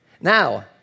Now